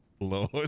Lord